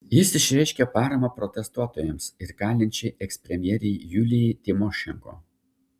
jis išreiškė paramą protestuotojams ir kalinčiai ekspremjerei julijai tymošenko